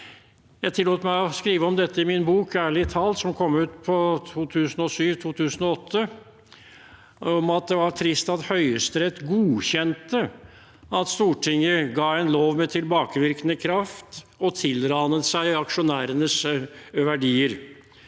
Jeg tillot meg å skrive om dette i min bok «Ærlig talt», som kom ut 2007/2008, at det var trist at Høyesterett godkjente at Stortinget ga en lov med tilbakevirkende kraft og tilranet seg aksjonærenes verdier.